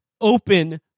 open